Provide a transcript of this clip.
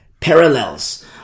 parallels